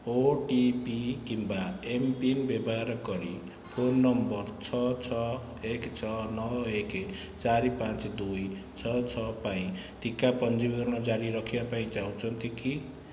OTP କିମ୍ବା mPIN ବ୍ୟବହାର କରି ଫୋନ୍ ନମ୍ବର ଛଅ ଛଅ ଏକ ଛଅ ନଅ ଏକ ଚାରି ପାଞ୍ଚ ଦୁଇ ଛଅ ଛଅ ପାଇଁ ଟିକା ପଞ୍ଜୀକରଣ ଜାରି ରଖିବା ପାଇଁ ଚାହୁଁଛନ୍ତି କି